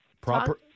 Proper